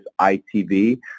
ITV